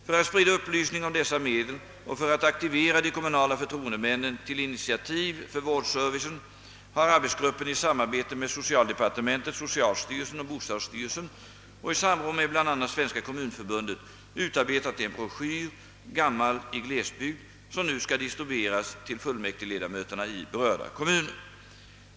För att sprida upplysning om dessa medel och för att aktivera de kommunala förfroendemännen till initiativ för vårdservicen har arbetsgruppen i samarbete med socialdepartementet, socialstyrelsen och bostadsstyrelsen och i samråd med bl.a. Svenska kommunförbundet utarbetat en broschyr, »Gammal i glesbygd», som nu skall distribueras till fullmäktigeledamöterna i berörda kommuner.